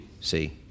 See